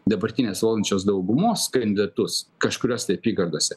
dabartinės valdančios daugumos kandidatus kažkurios tai apygardose